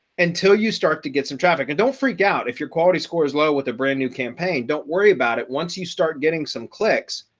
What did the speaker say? until you start to get some traffic and don't freak out. if your quality score is low with a brand new campaign. don't worry about it. once you start getting some clicks,